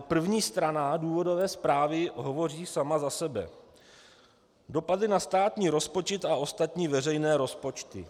První strana důvodové zprávy hovoří sama za sebe: Dopady na státní rozpočet a ostatní veřejné rozpočty.